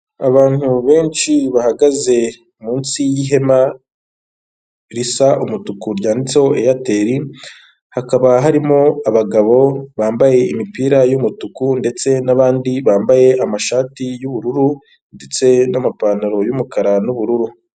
Abantu benshi bahagaze munsi y'ihema risa umutuku ryanditseho eyateli, hakaba harimo abagabo bambaye imipira y'umutuku ndetse n'abandi bambaye amashati y'ubururu, ndetse n'amapantaro y'umukara n'ubururu.